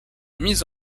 mises